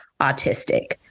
autistic